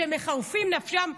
שמחרפים נפשם,